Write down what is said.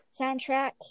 soundtrack